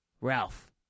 Ralph